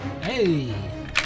Hey